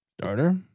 Starter